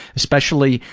especially,